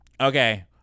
Okay